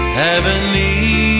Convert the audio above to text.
heavenly